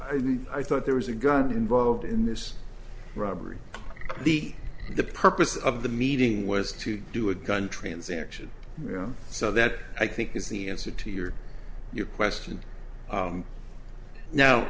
talk i thought there was a gun involved in this robbery the the purpose of the meeting was to do a gun transaction so that i think is the answer to your your question